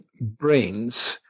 brains